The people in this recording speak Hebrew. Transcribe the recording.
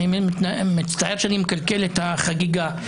ואני מצטער שאני מקלקל את החקיקה.